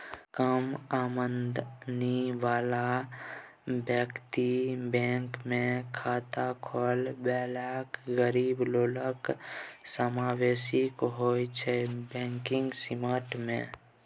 कम आमदनी बला बेकतीकेँ बैंकमे खाता खोलबेलासँ गरीब लोकक समाबेशन होइ छै बैंकिंग सिस्टम मे